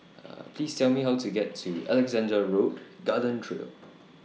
Please Tell Me How to get to Alexandra Road Garden Trail